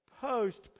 post